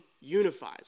unifies